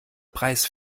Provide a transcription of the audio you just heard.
preis